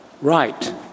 right